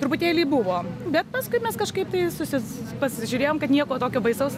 truputėlį buvo bet paskui mes kažkaip tai susi pasižiūrėjom kad nieko tokio baisaus